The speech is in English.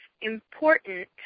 important